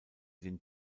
den